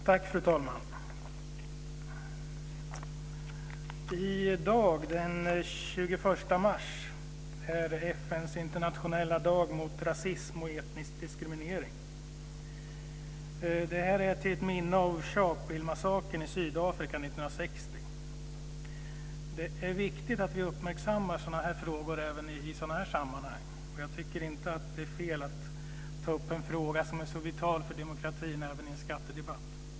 Fru talman! I dag den 21 mars är FN:s internationella dag mot rasism och etnisk diskriminering till minne av Sharpevillemassakern i Sydafrika 1960. Det är viktigt att vi uppmärksammar dessa frågor även i sådana här sammanhang. Och jag tycker inte att det är fel att ta upp en fråga som är så vital för demokratin även i en skattedebatt.